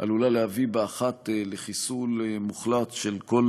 עלולה להביא באחת לחיסול מוחלט של כל